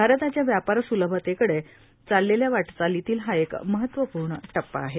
भारताच्या व्यापार स्लभतेकडे चाललेल्या वाटचालीतील हा एक महत्वपूर्ण टप्पा आहे